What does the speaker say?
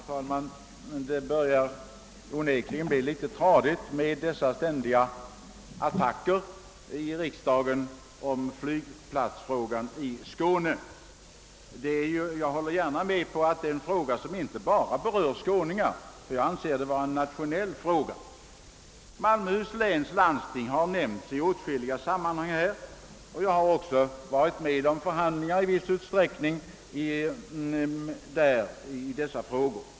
Herr talman! Det börjar onekligen bli litet tradigt med de ständiga attackerna i riksdagen rörande flygplatsfrågan i Skåne, men jag håller med om att detta är en fråga som berör inte ba ra skåningarna. Det är en nationell fråga. Malmöhus läns landsting har här nämnts flera gånger, och jag har i viss utsträckning varit med i förhandlingarna där, när det gällt dessa frågor.